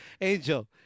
Angel